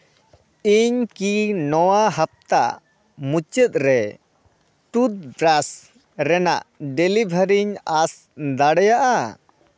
ᱤᱧ ᱠᱤ ᱱᱚᱣᱟ ᱦᱟᱯᱛᱟ ᱢᱩᱪᱟᱹᱫ ᱨᱮ ᱴᱩᱛᱷ ᱵᱨᱟᱥ ᱨᱮᱱᱟᱜ ᱰᱮᱞᱤᱵᱷᱟᱨᱤᱧ ᱟᱸᱥ ᱫᱟᱲᱮᱭᱟᱜᱼᱟ